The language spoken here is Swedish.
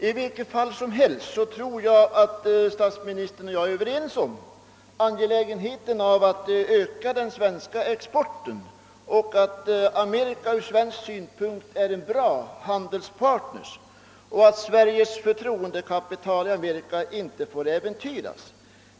I vilket fall som helst tror jag att statsministern och jag är överens om angelägenheten av att öka den svenska exporten och om att Amerika ur svensk synpunkt är en bra handelspartner, varför Sveriges förtroendekapital i Amerika inte får äventyras.